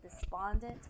despondent